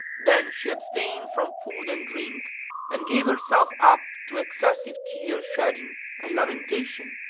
then she abstained from food and drink and gave herself up to excessive tear shedding and lamentation.